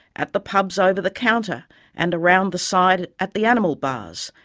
at the pubs over the counter and around the side at the animal bars,